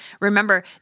Remember